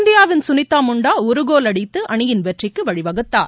இந்தியாவின் சுனிதா முண்டா ஒரு கோல் அடித்து அணியின் வெற்றிக்கு வழிவகுத்தார்